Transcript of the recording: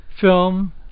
film